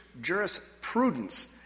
jurisprudence